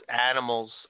animals